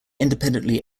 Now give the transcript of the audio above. independently